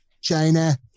China